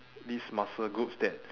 these muscle groups that